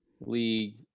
league